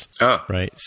right